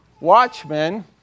Watchmen